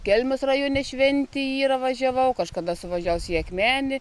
kelmės rajone šventi yra važiavau kažkada esu važiavus į akmenę